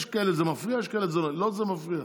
יש כאלה שזה מפריע להם, לו זה מפריע.